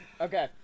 Okay